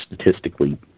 statistically